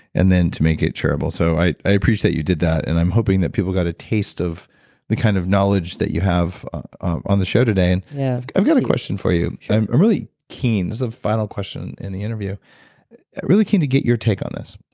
and then, to make it shareable. so, i i appreciate that you did that, and i'm hoping that people got a taste of the kind of knowledge that you have on the show today and yeah i've got a question for you. i'm i'm really keen. this is the final question in the interview really keen to get your take on this.